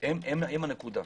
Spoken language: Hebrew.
הם הנקודה.